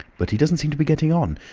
but he doesn't seem to be getting on.